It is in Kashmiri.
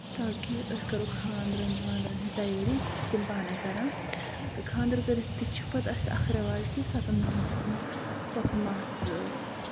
تاکہِ أسۍ کرو خاندرَن واندرَن ہنز تَیٲری پَتہٕ چھِ تِم پانٕے کران تہٕ خاندر کٔرِتھ تہِ چھِ پَتہٕ چھُ اَسہِ اکھ رٮ۪واج کہِ ستَن دۄہَن چھِ تِم پوٚپھٕ ماسہٕ